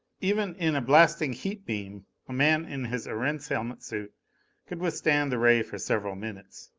even in a blasting heat beam a man in his erentz helmet-suit could withstand the ray for several minutes.